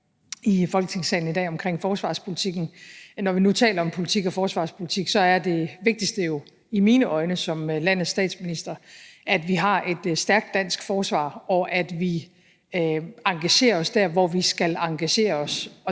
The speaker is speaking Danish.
i Folketingssalen i dag om forsvarspolitikken. Når vi nu taler om politik og forsvarspolitik, er det vigtigste i mine øjne som landets statsminister, at vi har et stærkt dansk forsvar, og at vi engagerer os der, hvor vi skal engagere os.